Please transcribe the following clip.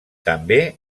també